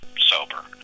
sober